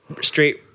straight